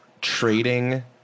trading